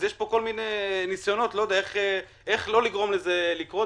יש פה כל מיני ניסיונות איך לא לגרום לזה לקרות,